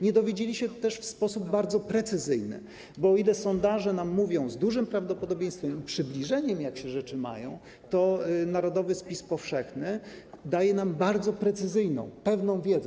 Nie dowiedzielibyśmy się tego w sposób bardzo precyzyjny, bo o ile sondaże mówią nam z dużym prawdopodobieństwem i przybliżeniem, jak się rzeczy mają, o tyle narodowy spis powszechny daje nam bardzo precyzyjną, pewną wiedzę.